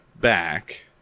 back